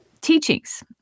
teachings